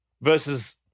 versus